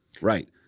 Right